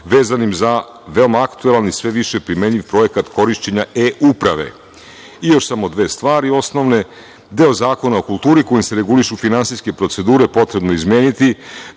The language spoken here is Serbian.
vezanim za veoma aktuelan i sve više primenjiv projekat korišćenja e-uprave. Još samo dve stvari osnovne. Deo Zakona o kulturi kojim se regulišu finansijske procedure potrebno je izmeniti,